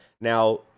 Now